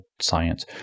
science